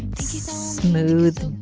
smooth,